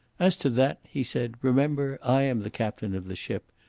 as to that, he said, remember i am the captain of the ship,